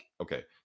Okay